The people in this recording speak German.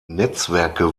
netzwerke